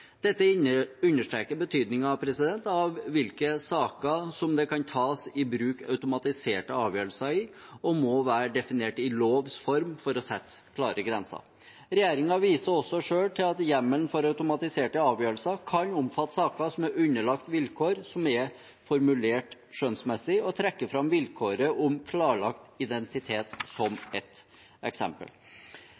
understreker betydningen av hvilke saker det kan tas i bruk automatiserte avgjørelser i, og må være definert i lovs form for å sette klare grenser. Regjeringen viser også selv til at hjemmelen for automatiserte avgjørelser kan omfatte saker som er underlagt vilkår som er formulert skjønnsmessig, og trekker fram vilkåret om klarlagt identitet som